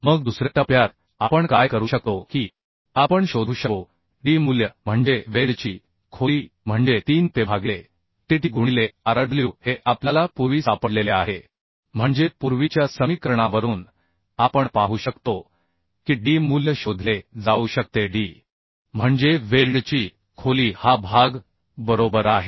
मग दुसऱ्या टप्प्यात आपण काय करू शकतो की आपण शोधू शकतो D मूल्य म्हणजे वेल्डची खोली म्हणजे 3Pe भागिले TT गुणिले rw हे आपल्याला पूर्वी सापडलेले आहे म्हणजे पूर्वीच्या समीकरणावरून आपण पाहू शकतो की D मूल्य शोधले जाऊ शकते D म्हणजे वेल्डची खोली हा भाग बरोबर आहे